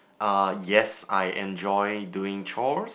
uh yes I enjoy doing chores